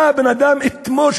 בא הבן-אדם אתמול,